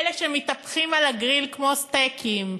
אלה שמתהפכים על הגריל כמו סטייקים.